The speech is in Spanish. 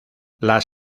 las